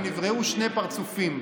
הם נבראו שני פרצופים,